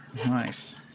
Nice